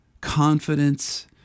confidence